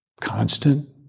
constant